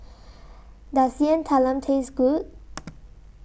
Does Yam Talam Taste Good